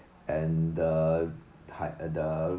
and the hy~ and the